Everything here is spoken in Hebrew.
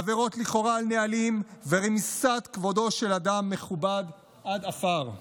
עבירות לכאורה על נהלים ורמיסת כבודו של אדם מכובד עד עפר,